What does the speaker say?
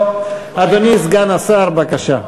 טוב, אדוני סגן השר, בבקשה.